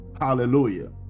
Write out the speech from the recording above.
hallelujah